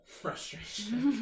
frustration